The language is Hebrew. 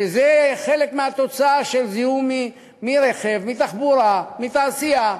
שזה חלק מהתוצאה של זיהום מרכב, מתחבורה, מתעשייה,